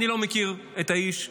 אני לא מכיר את האיש,